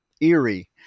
eerie